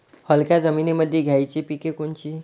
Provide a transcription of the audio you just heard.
हलक्या जमीनीमंदी घ्यायची पिके कोनची?